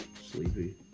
Sleepy